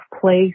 place